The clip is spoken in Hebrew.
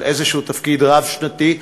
על איזשהו תקציב רב-שנתי,